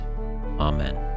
Amen